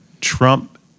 Trump